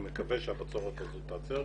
אני מקווה שהבצורת הזאת תיעצר.